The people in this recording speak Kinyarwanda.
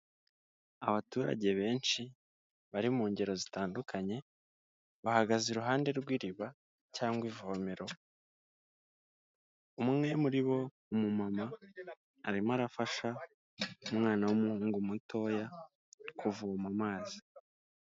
Abaturage benshi bari mu ngero zitandukanye bahagaze iruhande rw'iriba cyangwa ivomero, umwe muri bo n'umumama arimo arafasha umwana w'umuhungu mutoya kuvoma amazi.